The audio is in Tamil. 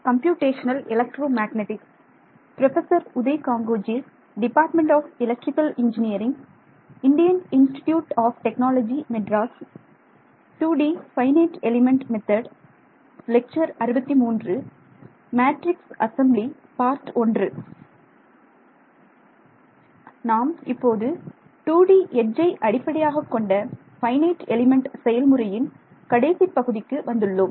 நாம் இப்போது 2D எட்ஜ்ஜை அடிப்படையாகக் கொண்ட ஃபைனைட் எலிமெண்ட் செயல்முறையின் கடைசிப் பகுதிக்கு வந்துள்ளோம்